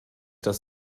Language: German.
das